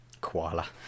Koala